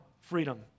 freedom